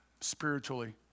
Spiritually